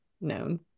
known